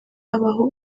habaho